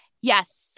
yes